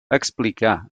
explicar